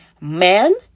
Men